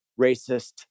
racist